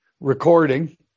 recording